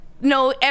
no